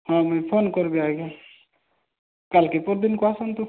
ହଁ ମୁଇଁ ଫୋନ୍ କରିବି ଆଜ୍ଞା କାଲ୍କି ପହରଦିନକୁ ଆସନ୍ତୁ